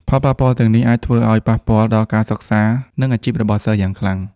ផលប៉ះពាល់ទាំងនេះអាចធ្វើឲ្យប៉ះពាល់ដល់អនាគតការសិក្សា និងអាជីពរបស់សិស្សយ៉ាងខ្លាំង។